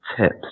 tips